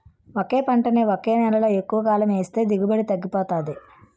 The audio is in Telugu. ఒకే పంటని ఒకే నేలలో ఎక్కువకాలం ఏస్తే దిగుబడి తగ్గిపోతాది